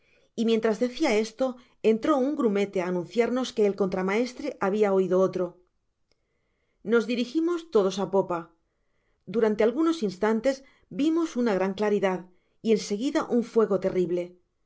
y mientras decia esto entró un grumete á anunciarnos que el contramaestre habia oido otro nos dirijimos todos á popa durante algunos instantes vimos una gran claridad y en seguida un fuego terrible